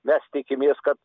mes tikimės kad